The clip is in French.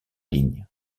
ligne